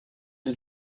den